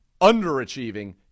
underachieving